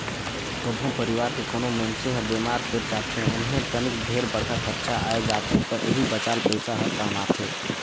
कभो परवार के कोनो मइनसे हर बेमार पर जाथे ओम्हे तनिक ढेरे बड़खा खरचा आये जाथे त एही बचाल पइसा हर काम आथे